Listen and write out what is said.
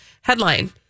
Headline